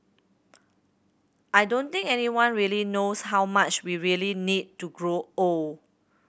I don't think anyone really knows how much we really need to grow old